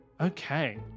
Okay